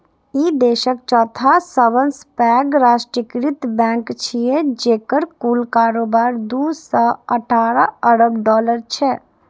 ई देशक चौथा सबसं पैघ राष्ट्रीयकृत बैंक छियै, जेकर कुल कारोबार दू सय अठारह अरब डॉलर छै